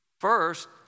First